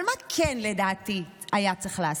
אבל מה כן לדעתי היה צריך לעשות?